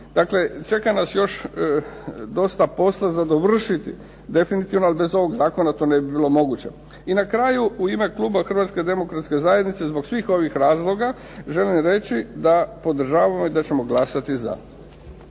Dakle, čeka nas još dosta posla za dovršiti, definitivno bez ovog zakona to ne bi bilo moguće. I na kraju, u ime kluba Hrvatske demokratske zajednice zbog svih ovih razloga želim reći da podržavamo i da ćemo glasati za.